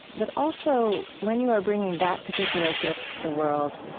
but also, when you are bringing that particular gift to the world,